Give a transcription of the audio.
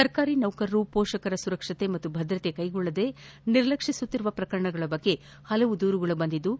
ಸರ್ಕಾರಿ ನೌಕರರು ಪೋಪಕರ ಸುರಕ್ಷತೆ ಭದ್ರತೆ ಕ್ಲೆಗೊಳ್ಳದೆ ನಿರ್ಲಕ್ಷಿಸುತ್ತಿರುವ ಪ್ರಕರಣಗಳ ಬಗ್ಗೆ ಹಲವಾರು ದೂರುಗಳು ಬಂದಿದ್ದು